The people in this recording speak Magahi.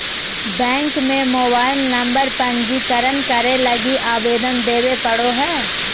बैंक में मोबाईल नंबर पंजीकरण करे लगी आवेदन देबे पड़ो हइ